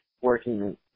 working